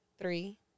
three